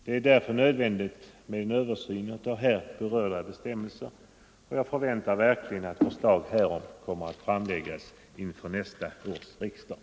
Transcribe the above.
debatt Det är nödvändigt med en översyn av här berörda bestämmelser, och jag förväntar verkligen att förslag härom kommer att framläggas inför nästa års riksdag.